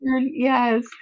Yes